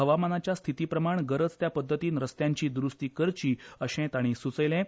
हवामानाच्या स्थितीप्रमाण गरज त्या पद्दतीन रस्त्यांची द्रुस्ती करची अशेंय सुचयलें